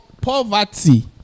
Poverty